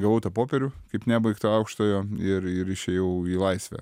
gavau tą popierių kaip nebaigtą aukštojo ir ir išėjau į laisvę